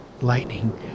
Lightning